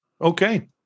Okay